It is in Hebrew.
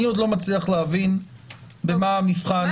אני עוד לא מצליח להבין במה המבחן שונה.